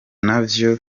navyo